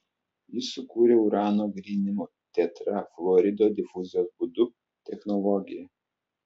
jis sukūrė urano gryninimo tetrafluorido difuzijos būdu technologiją